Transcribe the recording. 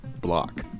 block